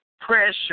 pressure